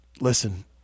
Listen